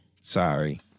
Sorry